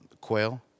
quail